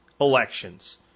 elections